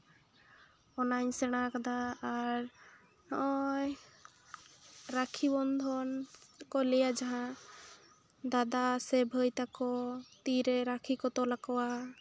ᱚᱱᱟᱧ ᱥᱮᱬᱟ ᱠᱟᱫᱟ ᱟᱨ ᱱᱚᱜᱼᱚᱭ ᱨᱟᱹᱠᱷᱤ ᱵᱚᱱᱫᱷᱚᱱ ᱠᱚ ᱞᱟᱹᱭᱟ ᱡᱟᱦᱟᱸ ᱫᱟᱫᱟ ᱥᱮ ᱵᱷᱟᱹᱭ ᱛᱟᱠᱚ ᱛᱤᱨᱮ ᱨᱟᱹᱠᱷᱤ ᱠᱚ ᱛᱚᱞᱟᱠᱚᱣᱟ